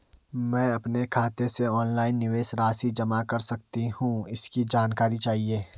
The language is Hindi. मैं अपने खाते से ऑनलाइन निवेश राशि जमा कर सकती हूँ इसकी जानकारी चाहिए?